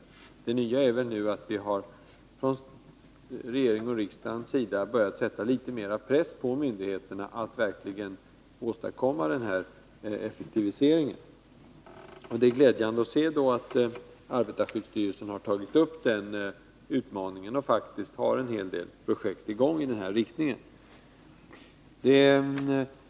Det nya är att vi från regeringens och riksdagens sida har börjat sätta litet mera press på myndigheterna att verkligen åstadkomma denna effektivisering. Det är glädjande att arbetarskyddsstyrelsen har antagit den utmaningen och har flera projekt i gång i den riktningen.